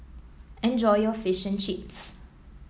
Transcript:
enjoy your Fish and Chips